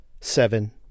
Seven